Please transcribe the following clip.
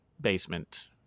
basement